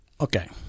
Okay